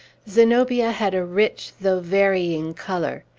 zenobia had a rich though varying color.